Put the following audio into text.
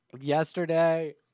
yesterday